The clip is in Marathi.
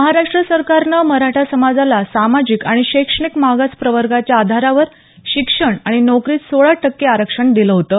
महाराष्ट्र सरकारनं मराठा समाजाला सामाजिक आणि शैक्षणिक मागास प्रवर्गाच्या आधारावर शिक्षण आणि नोकरीत सोळा टक्के आरक्षण दिलं होतं